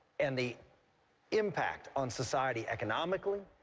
and the impact on society economically,